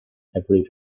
every